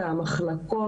שבאמת אני רוצה לחזק אתכן.